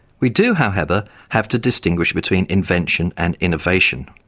we do, however, have to distinguish between invention and innovation,